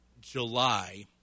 July